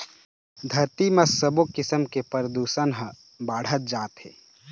धरती म सबो किसम के परदूसन ह बाढ़त जात हे